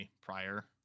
prior